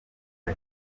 nta